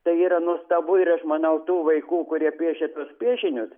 tai yra nuostabu ir aš manau tų vaikų kurie piešė tuos piešinius